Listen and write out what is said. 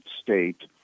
state